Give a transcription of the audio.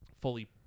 fully